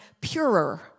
purer